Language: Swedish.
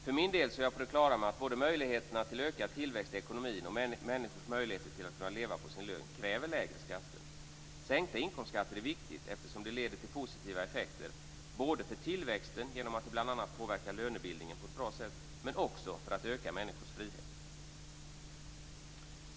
För min del är jag på det klara med att både möjligheterna till ökad tillväxt i ekonomin och människors möjligheter att kunna leva på sin lön kräver lägre skatter. Sänkta inkomstskatter är viktigt eftersom det leder till positiva effekter både för tillväxten, bl.a. genom att det påverkar lönebildningen på ett bra sätt, men också för att öka människors frihet.